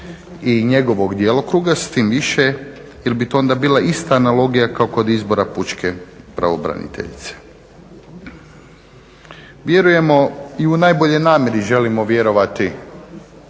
i njegovog djelokruga, tim više jer bi to onda bila ista analogija kao kod izbora pučke pravobraniteljice. Vjerujemo i u najbolje namjere želimo vjerovati